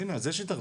הינה, יש התאחדות.